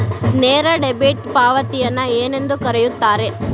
ನೇರ ಡೆಬಿಟ್ ಪಾವತಿಯನ್ನು ಏನೆಂದು ಕರೆಯುತ್ತಾರೆ?